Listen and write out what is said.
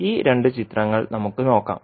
ഈ രണ്ട് ചിത്രങ്ങൾ നമുക്ക് നോക്കാം